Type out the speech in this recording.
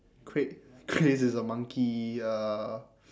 chri~ chris is a monkey ya